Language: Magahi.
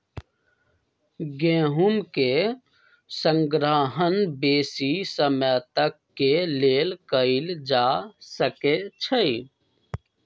गेहूम के संग्रहण बेशी समय तक के लेल कएल जा सकै छइ